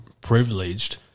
Privileged